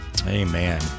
Amen